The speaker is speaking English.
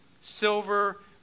silver